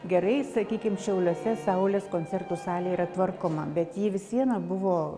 gerai sakykim šiauliuose saulės koncertų salė yra tvarkoma bet ji vis viena buvo